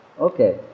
Okay